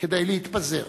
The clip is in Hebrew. כדי להתפזר.